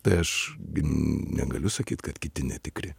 tai aš gi negaliu sakyt kad kiti netikri